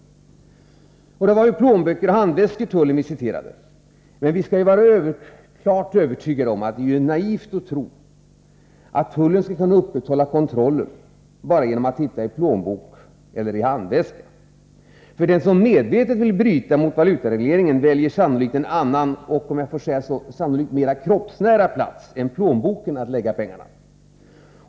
Det var plånböcker och handväskor tullen visiterade. Men vi kan vara helt övertygade om att det är naivt att tro att tullen skall kunna upprätthålla kontrollen bara genom att titta i plånbok eller handväska. Den som medvetet vill bryta mot valutaregleringen väljer sannolikt en annan och mera ”kroppsnära” plats än plånboken för att förvara pengarna.